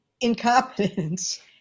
incompetence